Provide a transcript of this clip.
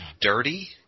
dirty